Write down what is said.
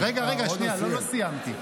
רגע, שנייה, לא סיימתי.